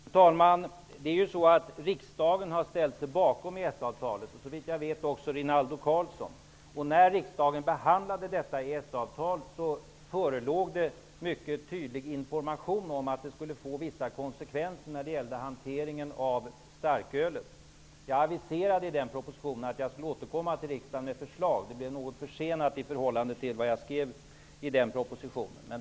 Fru talman! Riksdagen har ställt sig bakom EES avtalet. Det har såvitt jag vet också Rinaldo Karlsson gjort. När riksdagen behandlade EES avtalet förelåg det mycket tydlig information om att det skulle få vissa konsekvenser för hanteringen av starkölet. Jag aviserade i propositionen att jag skulle återkomma till riksdagen med förslag -- det blev något försenat i förhållande till vad jag angav i propositionen.